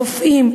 רופאים,